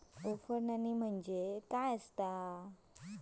उफणणी म्हणजे काय असतां?